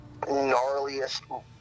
gnarliest